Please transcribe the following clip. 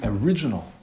original